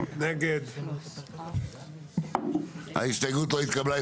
8 נמנעים, 0 ההסתייגות לא התקבלה.